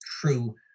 true